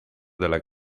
della